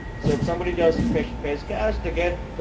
so if somebody just pays pays cash to get